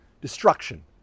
destruction